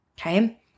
okay